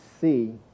see